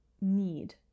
need